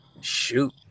shoot